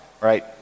right